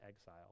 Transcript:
exile